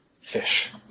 fish